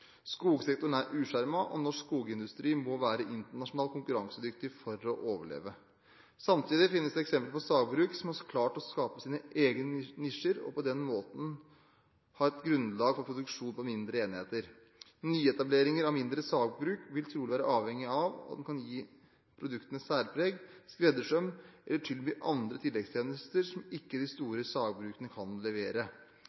Skogsektoren er uskjermet, og norsk skogindustri må være internasjonalt konkurransedyktig for å overleve. Samtidig finnes det eksempler på sagbruk som har klart å skape sine egne nisjer, og på den måten ha et grunnlag for produksjon på mindre enheter. Nyetableringer av mindre sagbruk vil trolig være avhengig av at en kan gi produktene særpreg, skreddersøm eller tilby andre tilleggstjenester som ikke de